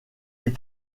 les